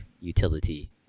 utility